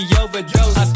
overdose